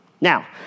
Now